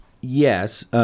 Yes